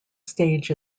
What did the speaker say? stage